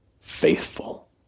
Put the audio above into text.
faithful